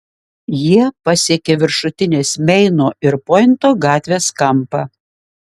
jie pasiekė viršutinės meino ir pointo gatvės kampą